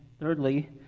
thirdly